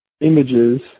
images